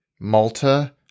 Malta